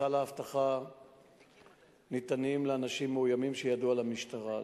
סל האבטחה ניתן לאנשים מאוימים שידוע למשטרה עליהם,